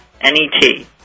N-E-T